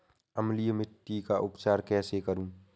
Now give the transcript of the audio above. अम्लीय मिट्टी का उपचार कैसे करूँ?